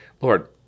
Lord